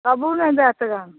कबो नहि देत गऽ